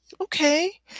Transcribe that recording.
Okay